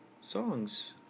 songs